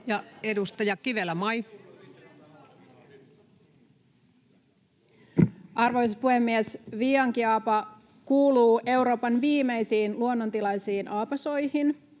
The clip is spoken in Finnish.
Content: Arvoisa puhemies! Viiankiaapa kuuluu Euroopan viimeisiin luonnontilaisiin aapasoihin,